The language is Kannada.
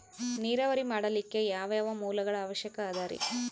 ನೇರಾವರಿ ಮಾಡಲಿಕ್ಕೆ ಯಾವ್ಯಾವ ಮೂಲಗಳ ಅವಶ್ಯಕ ಅದರಿ?